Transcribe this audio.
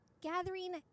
gathering